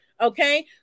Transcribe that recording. Okay